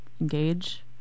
engage